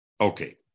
Okay